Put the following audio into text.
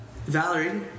Valerie